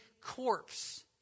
corpse